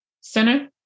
center